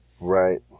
right